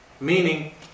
meaning